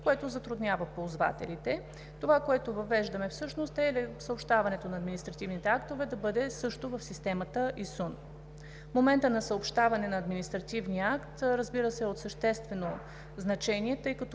което затруднява ползвателите. Това, което въвеждаме всъщност, е съобщаването на административните актове да бъде също в системата ИСУН. Моментът на съобщаване на административния акт, разбира се, е от съществено значение, тъй като